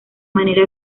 manera